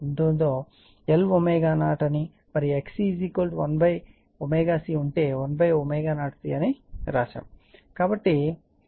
కాబట్టి ఇది ఇక్కడ XL Lω0 మరియు XC 1ωC అంటే ω0C మరియు దానిని సరళీకృతం చేయండి